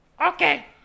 Okay